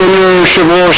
אדוני היושב-ראש,